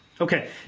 Okay